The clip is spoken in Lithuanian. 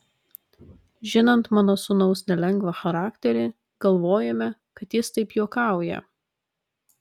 žinant mano sūnaus nelengvą charakterį galvojome kad jis taip juokauja